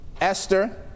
Esther